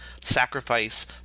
sacrifice